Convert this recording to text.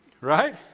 Right